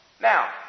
Now